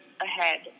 ahead